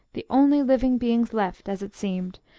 the only living beings left, as it seemed,